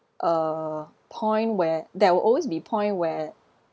a point where there will always be point where